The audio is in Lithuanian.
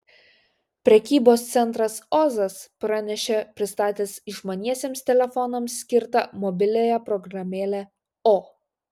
prekybos centras ozas pranešė pristatęs išmaniesiems telefonams skirtą mobiliąją programėlę o